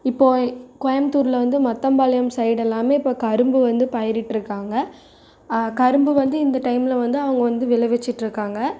இப்போது கோயமுத்தூரில் வந்து மத்தம்பாளையம் சைடு எல்லாமே இப்போ கரும்பு வந்து பயிரிட்டு இருக்காங்க கரும்பு வந்து இந்த டைமில் வந்து அவங்க வந்து விளைவிச்சுட்டு இருக்காங்க